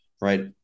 right